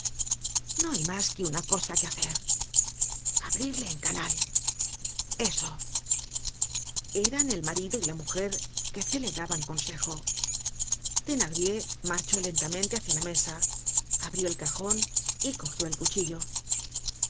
no hay mas que una cosa que hacer abrirle en canal eso eran el marido y la mujer que celebraban consejo thenardier marchó lentamente hacia la mesa abrió el cajon y cogió el cuchillo